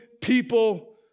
people